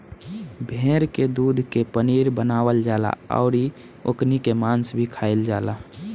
भेड़ के दूध के पनीर बनावल जाला अउरी ओकनी के मांस भी खाईल जाला